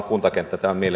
arvoisa puhemies